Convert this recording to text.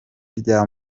ryo